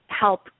help